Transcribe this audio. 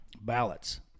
ballots